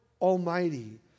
Almighty